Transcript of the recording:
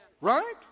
Right